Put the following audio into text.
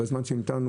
בזמן שהמתנו,